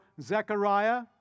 Zechariah